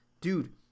Dude